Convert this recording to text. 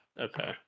Okay